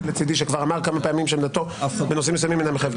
לצדי שכבר אמר כמה פעמים שעמדתו בנושאים מסוימים אינה מחייבת